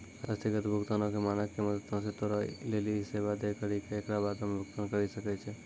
अस्थगित भुगतानो के मानक के मदतो से तोरा लेली इ सेबा दै करि के एकरा बादो मे भुगतान करि सकै छै